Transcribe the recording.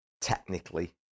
technically